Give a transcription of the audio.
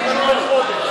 עוד חודש.